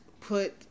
put